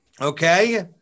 Okay